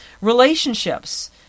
Relationships